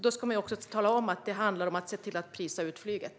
Då ska man tala om att det handlar om att prisa ut flyget.